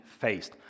faced